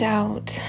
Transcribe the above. out